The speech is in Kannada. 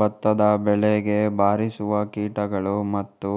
ಭತ್ತದ ಬೆಳೆಗೆ ಬಾರಿಸುವ ಕೀಟಗಳು ಮತ್ತು